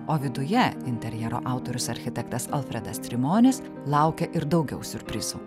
o viduje interjero autorius architektas alfredas trimonis laukia ir daugiau siurprizų